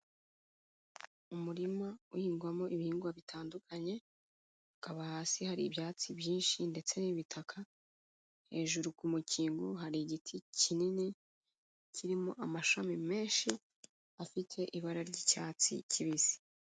Umurima uhingwamo ibihingwa bitandukanye, ukaba hasi hari ibyatsi byinshi ndetse n'ibitaka, hejuru ku mukingo hari igiti kinini kirimo amashami menshi afite ibara ry'icyatsi kibisi.